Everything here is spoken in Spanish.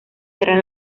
eran